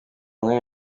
mwanya